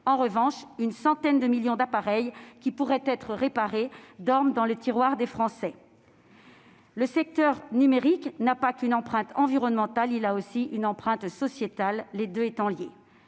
En revanche, une centaine de millions d'appareils qui pourraient être réparés dorment dans les tiroirs des Français. Le secteur numérique n'a pas qu'une empreinte environnementale, il a aussi une empreinte sociétale, les deux étant liées.